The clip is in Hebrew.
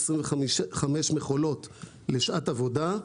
25 מכולות לשעת עבודה.